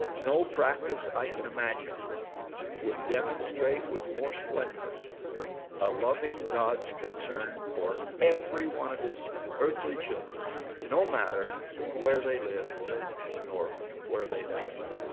no practice i can imagine would demonstrate with more splendor a loving god's concern for every one of his earthly children no matter where they lived nor where they died.